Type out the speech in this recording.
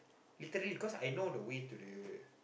literally cause I know the way to the